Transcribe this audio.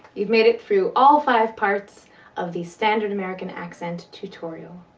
you've made it through all five parts of the standard american accent tutorial.